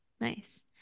nice